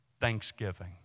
thanksgiving